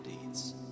deeds